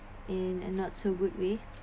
in and not so good way